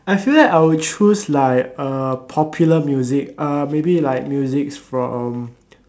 I feel that I would choose like uh popular music uh maybe like music from